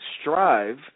strive